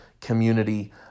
community